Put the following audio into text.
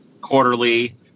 quarterly